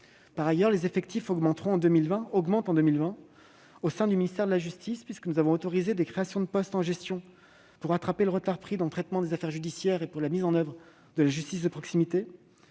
Par ailleurs, les effectifs augmentent cette année au sein du ministère de la justice, puisque nous avons autorisé des créations de poste en gestion pour rattraper le retard pris dans le traitement des affaires judiciaires et mettre en oeuvre la justice de proximité.